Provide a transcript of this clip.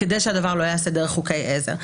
כדי שהדבר לא יעשה דרך חוקי עזר.